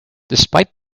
despite